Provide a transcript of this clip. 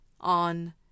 on